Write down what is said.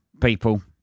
people